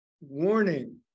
warning